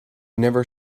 never